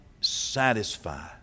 satisfy